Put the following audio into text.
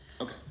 Okay